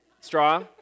straw